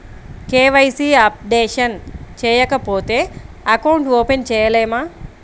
KYC updation చేయకపోతే account open చేయలేమా?